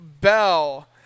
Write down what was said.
Bell